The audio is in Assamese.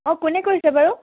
অঁ কোনে কৈছে বাৰু